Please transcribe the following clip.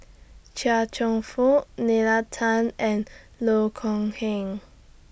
Chia Cheong Fook Nalla Tan and Loh Kok Heng